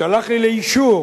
שלח לי לאישור,